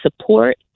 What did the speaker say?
support